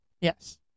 yes